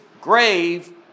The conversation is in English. grave